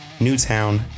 Newtown